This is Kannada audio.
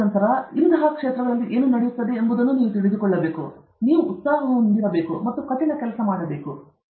ತದನಂತರ ಇತರ ಕ್ಷೇತ್ರಗಳಲ್ಲಿ ಏನು ನಡೆಯುತ್ತಿದೆ ಎಂಬುದನ್ನು ನೀವು ತಿಳಿದುಕೊಳ್ಳಬೇಕು ಮತ್ತು ನಂತರ ನೀವು ಉತ್ಸಾಹ ಹೊಂದಿರಬೇಕು ನಿಮಗೆ ಕಠಿಣ ಕೆಲಸ ಇರಬೇಕು ಈ ಎಲ್ಲಾ ಸಂಗತಿಗಳು ಈಗ ಸರಿಯಾಗುತ್ತವೆ